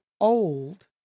old